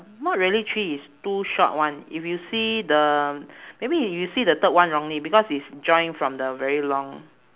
not really three is two short one if you see the maybe you see the third one wrongly because it's join from the very long